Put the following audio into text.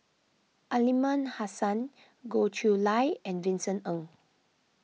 Aliman Hassan Goh Chiew Lye and Vincent Ng